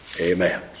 Amen